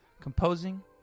composing